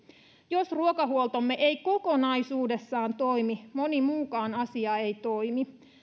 jos ruokahuoltomme ei kokonaisuudessaan toimi moni muukaan asia ei toimi